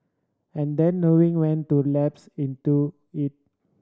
and then knowing when to lapse into it